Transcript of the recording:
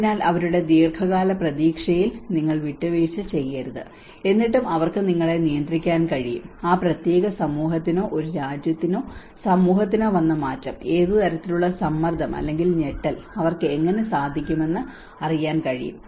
അതിനാൽ അവരുടെ ദീർഘകാല പ്രതീക്ഷയിൽ നിങ്ങൾ വിട്ടുവീഴ്ച ചെയ്യരുത് എന്നിട്ടും അവർക്ക് നിങ്ങളെ നിയന്ത്രിക്കാൻ കഴിയും ആ പ്രത്യേക സമൂഹത്തിനോ ഒരു രാജ്യത്തിനോ സമൂഹത്തിനോ വന്ന മാറ്റം ഏത് തരത്തിലുള്ള സമ്മർദ്ദം അല്ലെങ്കിൽ ഞെട്ടൽ അവർക്ക് എങ്ങനെ സാധിക്കുമെന്ന് അറിയാൻ കഴിയും